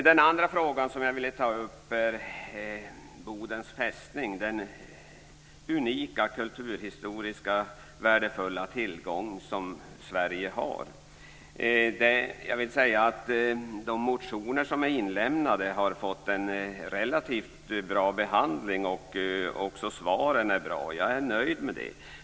Den andra fråga jag ville ta upp är Bodens fästning, den unika kulturhistoriskt värdefulla tillgång som Sverige har. De motioner som är inlämnade har fått en relativt bra behandling, och även svaren är bra. Jag är nöjd med det.